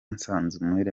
nsanzumuhire